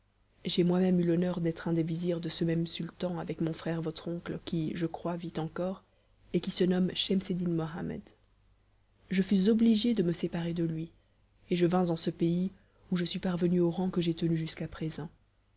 j'ai moi-même eu l'honneur d'être un des vizirs de ce même sultan avec mon frère votre oncle qui je crois vit encore et qui se nomme schemseddin mohammed je fus obligé de me séparer de lui et je vins en ce pays où je suis parvenu au rang que j'ai tenu jusqu'à présent